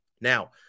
Now